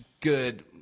good